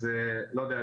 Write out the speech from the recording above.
אז לא יודע,